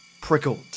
prickled